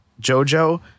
JoJo